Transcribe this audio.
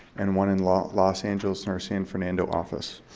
and one in los los angeles in our san fernando office.